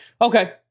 Okay